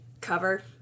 cover